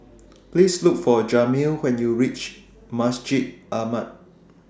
Please Look For Jamil when YOU REACH Masjid Ahmad